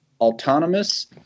autonomous